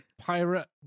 pirate